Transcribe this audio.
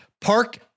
park